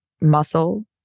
muscle